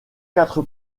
quatre